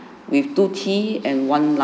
with two tea and one lunch